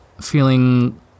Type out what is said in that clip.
feeling